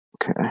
Okay